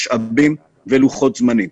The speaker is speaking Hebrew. משאבים ולוחות זמנים.